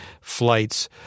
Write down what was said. flights